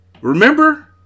Remember